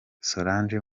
solange